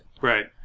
Right